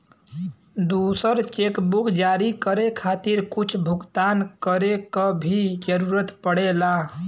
दूसर चेकबुक जारी करे खातिर कुछ भुगतान करे क भी जरुरत पड़ेला